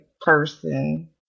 person